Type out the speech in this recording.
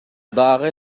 дагы